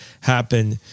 happen